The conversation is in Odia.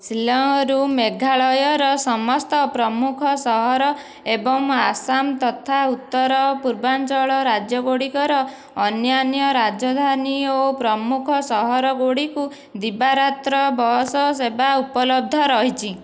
ଶିଲଂରୁ ମେଘାଳୟର ସମସ୍ତ ପ୍ରମୁଖ ସହର ଏବଂ ଆସାମ ତଥା ଉତ୍ତର ପୂର୍ବାଞ୍ଚଳ ରାଜ୍ୟ ଗୁଡ଼ିକର ଅନ୍ୟାନ୍ୟ ରାଜଧାନୀ ଓ ପ୍ରମୁଖ ସହର ଗୁଡ଼ିକୁ ଦିବାରାତ୍ର ବସ୍ ସେବା ଉପଲବ୍ଧ ରହିଛି